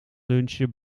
lunchen